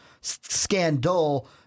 scandal